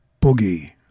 Boogie